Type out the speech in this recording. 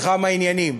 בכמה עניינים.